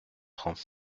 trente